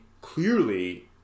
clearly